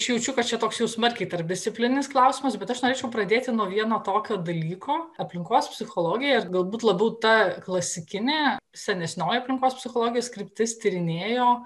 aš jaučiu kad čia toks jau smarkiai tarpdisciplininis klausimas bet aš norėčiau pradėti nuo vieno tokio dalyko aplinkos psichologija ir galbūt labiau ta klasikinė senesnioji aplinkos psichologijos kryptis tyrinėjo